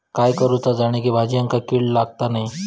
काय करूचा जेणेकी भाजायेंका किडे लागाचे नाय?